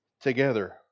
together